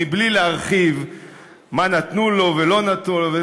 בלי להרחיב מה נתנו לו ולא נתנו לו,